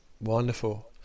Wonderful